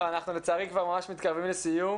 לא, אנחנו לצערי כבר ממש מתקרבים לסיום.